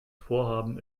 vorhaben